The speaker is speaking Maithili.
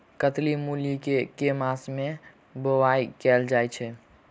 कत्की मूली केँ के मास मे बोवाई कैल जाएँ छैय?